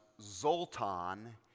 Zoltan